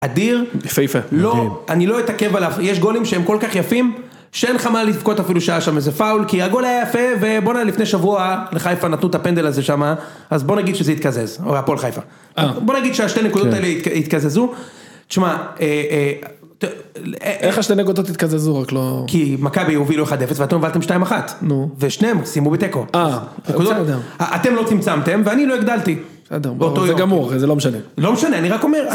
אדיר. יפהיפה. לא, אני לא אתעכב עליו, יש גולים שהם כל כך יפים, שאין לך מה לבכות אפילו שהיה שם איזה פאול, כי הגול היה יפה, ובואנה לפני שבוע, לחיפה נתנו את הפנדל הזה שמה, אז בוא נגיד שזה התקזז, או הפועל חיפה. בוא נגיד שהשתי הנקודות האלה התקזזו, תשמע, איך השתי הנקודות התקזזו רק לא... כי מכבי הובילו 1-0 ואתם הובלתם 2-1. נו. ושניהם סיימו בתיקו. אה, אוקיי, בסדר. אתם לא צמצמתם ואני לא הגדלתי. בסדר, זה גמור, זה לא משנה. לא משנה, אני רק אומר...